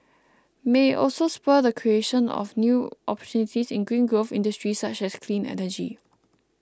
may also spur the creation of new opportunities in green growth industries such as clean energy